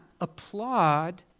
applaud